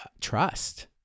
trust